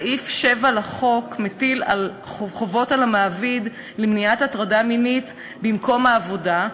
סעיף 7 לחוק מטיל חובות על המעביד למניעת הטרדה מינית במקום העבודה,